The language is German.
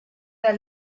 der